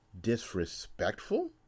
Disrespectful